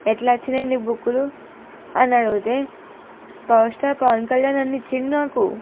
ఎలా వచ్చినాయి నీ బుక్కులు అని అడిగేతే పవర్ స్టార్ పవన్ కళ్యాణ్ అన్న ఇచ్చిండు నాకు